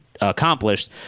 accomplished